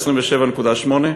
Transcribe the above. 25% ו-27.8%.